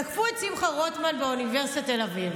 תקפו את שמחה רוטמן באוניברסיטת תל אביב,